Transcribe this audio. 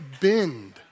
bend